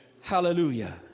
Hallelujah